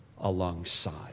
alongside